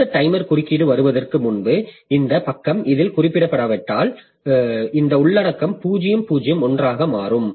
அடுத்த டைமர் குறுக்கீடு வருவதற்கு முன்பு இந்த பக்கம் இதில் குறிப்பிடப்படாவிட்டால் இந்த உள்ளடக்கம் 0 0 1 ஆக மாறும்